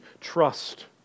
trust